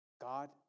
God